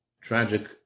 tragic